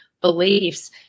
beliefs